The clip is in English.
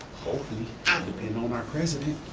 hopefully, depending on our president.